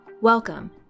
Welcome